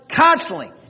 constantly